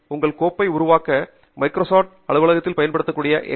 உங்கள் கோப்பை உருவாக்க மைக்ரோசாஃப்ட் அலுவலகத்தில் பயன்படுத்தக்கூடிய எஸ்